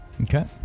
Okay